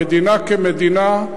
המדינה, כמדינה,